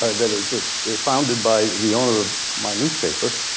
ah that is founded by the owner of my newspaper.